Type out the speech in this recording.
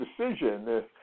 decision